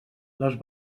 les